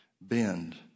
bend